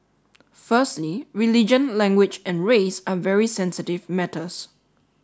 firstly religion language and race are very sensitive matters